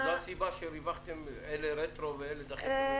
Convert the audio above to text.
זו הסיבה שרווחתם, אלה רטרו ואלה דחיתם?